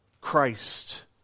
Christ